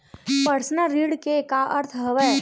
Personal ऋण के का अर्थ हवय?